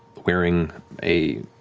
wearing a